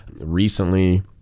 Recently